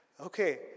Okay